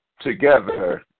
together